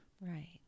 right